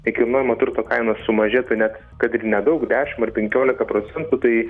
nekilnojamo turto kaina sumažėtų net kad ir nedaug dešim ar penkiolika procentų tai